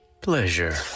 Pleasure